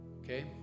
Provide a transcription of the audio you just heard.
Okay